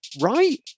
right